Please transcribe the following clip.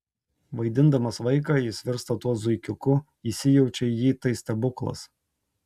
vaidindamas vaiką jis virsta tuo zuikiuku įsijaučia į jį tai stebuklas